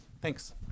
Thanks